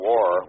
War